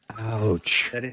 Ouch